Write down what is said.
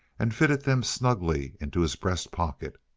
and fitted them snugly into his breast pocket.